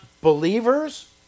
Believers